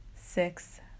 six